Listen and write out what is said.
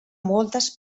moltes